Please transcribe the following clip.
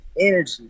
energy